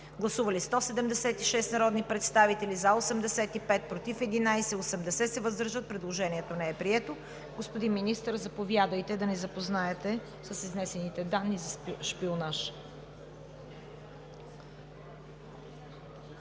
Гласували 176 народни представители: за 85, против 11, въздържали се 80. Предложението не е прието. Господин Министър, заповядайте да ни запознаете с изнесените данни за шпионаж.